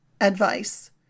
advice